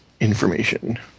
information